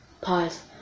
Pause